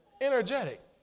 Energetic